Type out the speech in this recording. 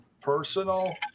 personal